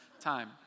time